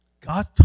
God